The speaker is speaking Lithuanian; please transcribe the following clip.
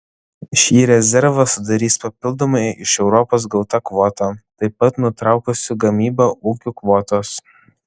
šį rezervą sudarys papildomai iš europos gauta kvota taip pat nutraukusių gamybą ūkių kvotos